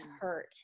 hurt